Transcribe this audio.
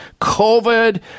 COVID